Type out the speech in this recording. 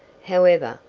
however,